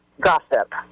gossip